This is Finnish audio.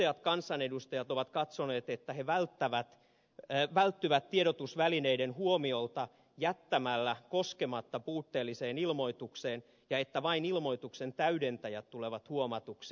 useat kansanedustajat ovat katsoneet että he välttyvät tiedotusvälineiden huomiolta jättämällä koskematta puutteelliseen ilmoitukseen ja että vain ilmoituksen täydentäjät tulevat huomatuksi